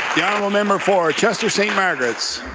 the honourable member for chester-st. margaret's.